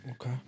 Okay